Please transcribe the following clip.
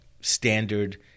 standard